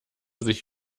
sich